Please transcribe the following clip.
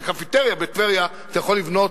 את הקפיטריה בטבריה אתה יכול לבנות